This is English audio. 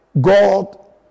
God